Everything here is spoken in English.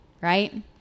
right